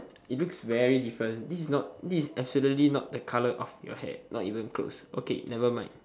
it looks very different this is not this is absolutely not the colour of your hair not even close okay nevermind